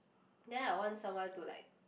then I want someone to like